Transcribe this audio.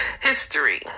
history